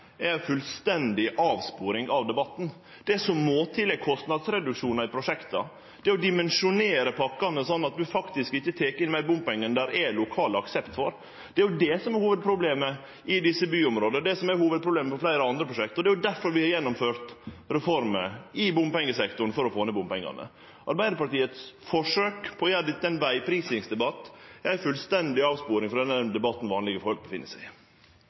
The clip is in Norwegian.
er ei fullstendig avsporing av debatten. Det som må til, er kostnadsreduksjonar i prosjekta, det er å dimensjonere pakkene slik at ein faktisk ikkje tek inn meir i bompengar enn det er lokal aksept for. Det er jo det som er hovudproblemet i desse byområda, det som er hovudproblemet for fleire andre prosjekt, og det er difor vi har gjennomført reformer i bompengesektoren: for å få ned bompengane. Arbeidarpartiets forsøk på å gjere dette til ein vegprisingsdebatt er ei fullstendig avsporing frå den debatten vanlege folk deltek i.